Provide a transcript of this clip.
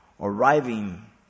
arriving